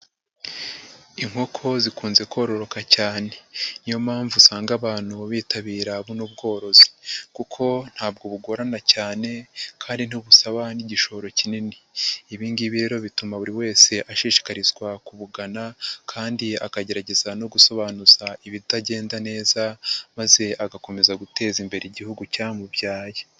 Inkoko zikunze kororoka cyane, niyo mpamvu usanga abantu bitabira n'ubworozi kuko ntabwo bugorana cyane kandi ntibusaba n'igishoro kinini. Ibi ngibi rero bituma buri wese ashishikarizwa kubugana kandi akagerageza no gusobanuza ibitagenda neza, maze agakomeza guteza imbere igihugu cyamubyaye.